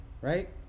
right